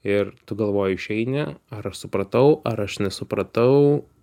ir tu galvoji išeini ar aš supratau ar aš nesupratau